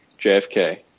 JFK